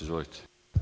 Izvolite.